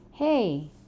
Hey